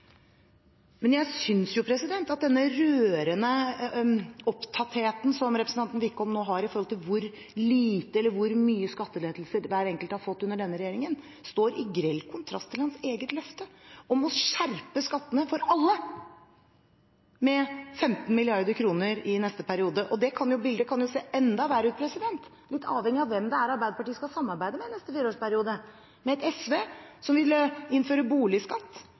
Jeg synes at denne rørende opptattheten som representanten Wickholm har når det gjelder hvor lite eller hvor mye skattelettelse hver enkelt har fått under denne regjeringen, står i grell kontrast til hans eget løfte om å skjerpe skattene for alle med 15 mrd. kr i neste periode. Det bildet kan se enda verre ut, litt avhengig av hvem Arbeiderpartiet skal samarbeide med i neste periode: med SV, som vil innføre boligskatt,